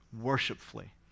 worshipfully